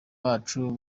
bacu